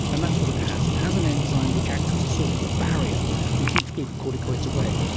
and that's what it has, it has an enzyme which acts as a sort of barrier and keeps glucocorticoids away.